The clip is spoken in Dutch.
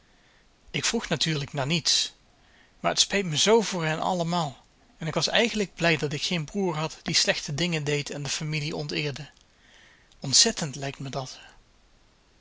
ik vroeg natuurlijk naar niets maar t speet me zoo voor hen allemaal en ik was eigenlijk blij dat ik geen broer had die slechte dingen deed en de familie onteerde ontzettend lijkt me dat